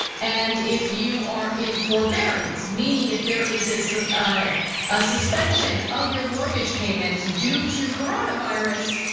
and if you are in forbearance, meaning if there is a so ah a suspension of your mortgage payments due to coronavirus,